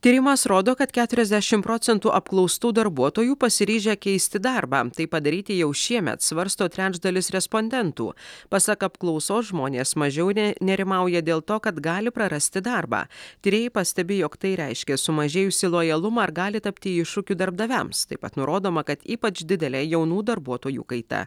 tyrimas rodo kad keturiasdešim procentų apklaustų darbuotojų pasiryžę keisti darbą tai padaryti jau šiemet svarsto trečdalis respondentų pasak apklausos žmonės mažiau ne nerimauja dėl to kad gali prarasti darbą tyrėjai pastebi jog tai reiškia sumažėjusį lojalumą ir gali tapti iššūkiu darbdaviams taip pat nurodoma kad ypač didelė jaunų darbuotojų kaita